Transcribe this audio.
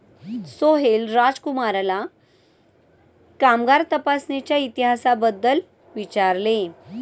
सोहेल राजकुमारला कामगार तपासणीच्या इतिहासाबद्दल विचारले